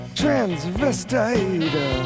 transvestite